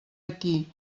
aquí